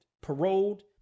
paroled